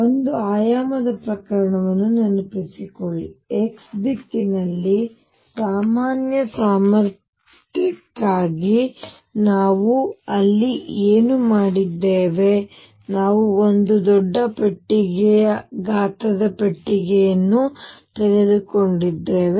ಒಂದು ಆಯಾಮದ ಪ್ರಕರಣಗಳನ್ನು ನೆನಪಿಸಿಕೊಳ್ಳಿ x ದಿಕ್ಕಿನಲ್ಲಿ ಸಾಮಾನ್ಯ ಸಾಮರ್ಥ್ಯಕ್ಕಾಗಿ ನಾವು ಅಲ್ಲಿ ಏನು ಮಾಡಿದ್ದೇವೆ ನಾವು ಒಂದು ದೊಡ್ಡ ಪೆಟ್ಟಿಗೆಯ ಗಾತ್ರದ ಪೆಟ್ಟಿಗೆಯನ್ನು ತೆಗೆದುಕೊಂಡಿದ್ದೇವೆ